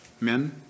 men